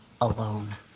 alone